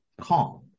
calm